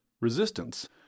resistance